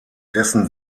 dessen